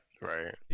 right